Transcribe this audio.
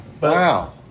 Wow